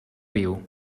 viu